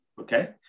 Okay